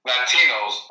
Latinos